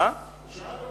הוא שאל אותי.